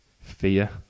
fear